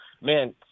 man